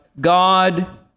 God